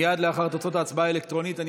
מייד לאחר תוצאות ההצבעה האלקטרונית אני